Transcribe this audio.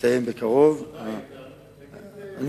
יסתיים בקרוב, מתי?